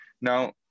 Now